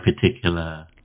particular